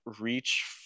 reach